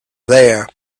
there